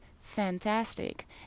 fantastic